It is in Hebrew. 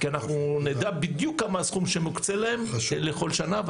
אנחנו נדע בדיוק כמה הסכום שמוקצה להם לכל שנה.